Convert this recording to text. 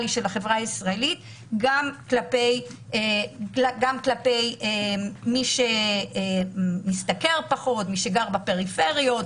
כלפי מי שמשתכר פחות, גר בפריפריה.